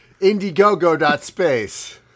indiegogo.space